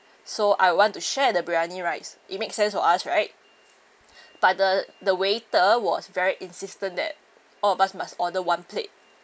so I want to share the briyani rice it makes sense for us right but the the waiter was very insistent that all of us must order one plate